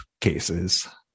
cases